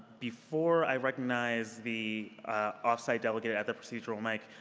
before i recognize the off-site delegate at the procedural mic,